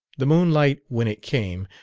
the moonlight, when it came,